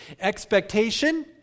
Expectation